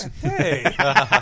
Hey